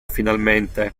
finalmente